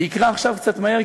אני אקרא עכשיו קצת מהר,